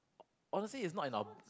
honestly it's not in our